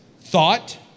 thought